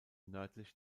nördlich